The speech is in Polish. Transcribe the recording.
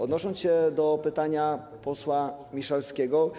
Odnosząc się do pytania posła Miszalskiego.